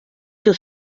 que